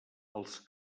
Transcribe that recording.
els